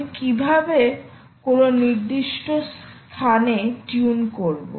আমি কীভাবে কোনও নির্দিষ্ট স্থানে টিউন করব